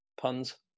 puns